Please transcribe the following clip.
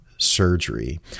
Surgery